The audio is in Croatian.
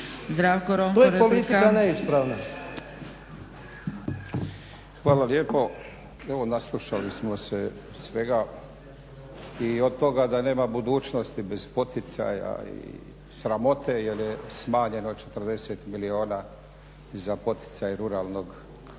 **Ronko, Zdravko (SDP)** Hvala lijepo. Evo naslušali smo se svega i od toga da nema budućnosti bez poticaja i sramote jer je smanjeno 40 milijuna za poticaj ruralnog razvoja,